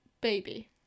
baby